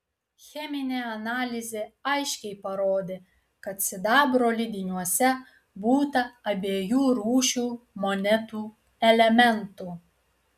cheminė analizė aiškiai parodė kad sidabro lydiniuose būta abiejų rūšių monetų elementų